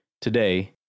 today